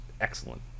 excellent